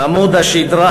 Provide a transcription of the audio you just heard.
עמוד השדרה,